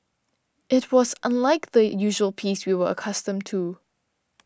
it was unlike the usual peace we were accustomed to